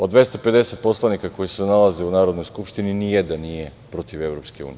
Od 250 poslanika koji se nalaze u Narodnoj skupštini, ni jedan nije protiv EU.